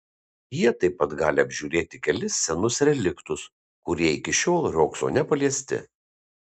jie taip pat gali apžiūrėti kelis senus reliktus kurie iki šiol riogso nepaliesti